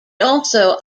also